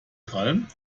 krallen